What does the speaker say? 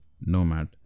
Nomad